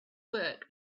work